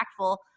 impactful